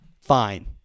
fine